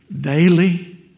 daily